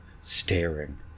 staring